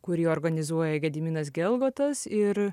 kurį organizuoja gediminas gelgotas ir